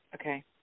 Okay